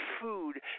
food